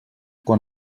quan